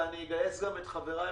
ואגייס גם את חבריי,